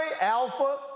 Alpha